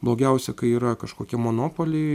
blogiausia kai yra kažkokie monopoliai